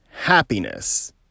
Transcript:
Happiness